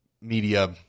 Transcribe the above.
media